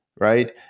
right